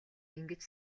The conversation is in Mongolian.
ингэж